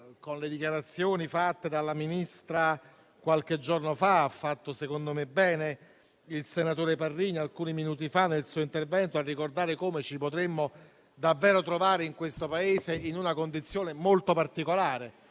con le dichiarazioni fatte dalla Ministra qualche giorno fa. Secondo me ha fatto bene il senatore Parrini, alcuni minuti fa nel suo intervento, a ricordare come ci potremmo davvero trovare in questo Paese in una condizione molto particolare: